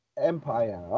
Empire